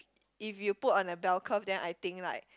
if you put on the bell curve then I think like